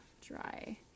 dry